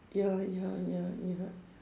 ya ya ya ya